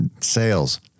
sales